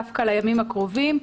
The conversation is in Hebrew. דווקא לימים הקרובים.